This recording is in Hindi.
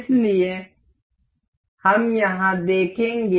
इसलिए हम यहां देखेंगे